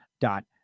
dot